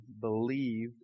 believe